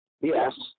Yes